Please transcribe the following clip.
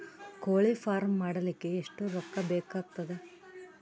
ಕೋಳಿ ಫಾರ್ಮ್ ಮಾಡಲಿಕ್ಕ ಎಷ್ಟು ರೊಕ್ಕಾ ಬೇಕಾಗತದ?